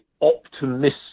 optimistic